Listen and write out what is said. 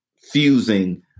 fusing